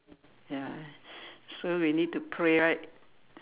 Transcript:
ya so we need to pray right